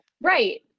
right